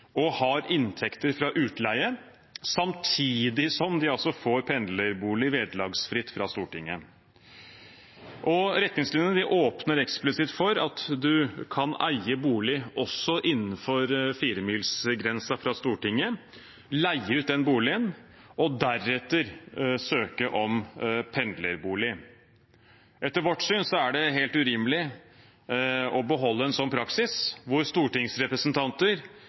og har inntekter fra utleie, samtidig som de altså får pendlerbolig vederlagsfritt fra Stortinget. Retningslinjene åpner eksplisitt for at man kan eie bolig også innenfor 4-milsgrensen fra Stortinget, leie ut den boligen og deretter søke om pendlerbolig. Etter vårt syn er det helt urimelig å beholde en sånn praksis hvor stortingsrepresentanter